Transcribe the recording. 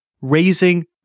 raising